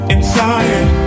Inside